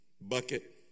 Bucket